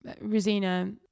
rosina